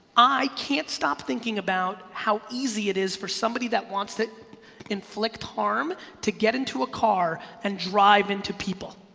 i can't stop thinking about how easy it is for somebody that wants to inflict harm to get into a car and drive into people.